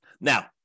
Now